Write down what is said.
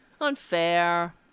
unfair